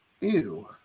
Ew